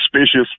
suspicious